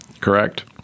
Correct